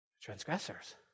Transgressors